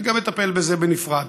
אני גם אטפל בזה בנפרד.